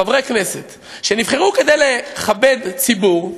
חברי כנסת שנבחרו כדי לכבד ציבור,